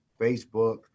Facebook